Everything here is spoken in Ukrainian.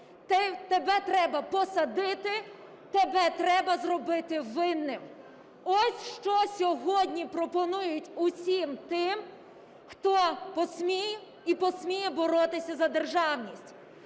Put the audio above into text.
Тебе треба посадити, тебе треба зробити винним. Ось, що сьогодні пропонують усім тим, хто посмів і посміє боротися за державність.